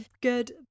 good